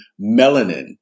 melanin